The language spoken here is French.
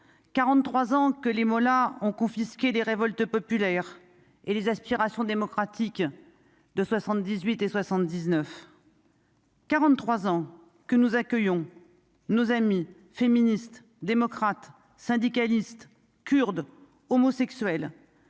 43 ans que les mollahs ont confisqué des révoltes populaires et les aspirations démocratiques de 78 et 79. 43 ans que nous accueillons nos amies féministes démocrates syndicalistes kurde homosexuels